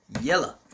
yellow